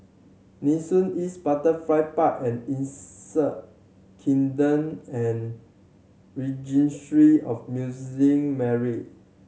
Nee Soon East Butterfly Park and Insect Kingdom and Registry of Muslim Marry